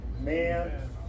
Man